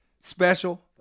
special